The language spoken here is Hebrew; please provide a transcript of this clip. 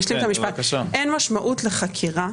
אין משמעות לחקירה,